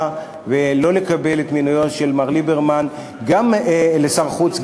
ולא לקבל את מינויו של מר ליברמן לשר החוץ,